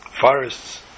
forests